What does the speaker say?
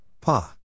Pa